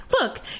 Look